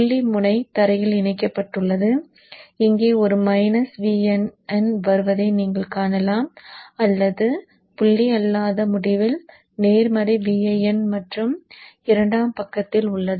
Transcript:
புள்ளி முனை தரையில் இணைக்கப்பட்டுள்ளது இங்கே ஒரு மைனஸ் Vin வருவதை நீங்கள் காணலாம் அல்லது புள்ளி அல்லாத முடிவில் நேர்மறை Vin மற்றும் இரண்டாம் பக்கத்தில் உள்ளது